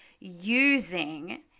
using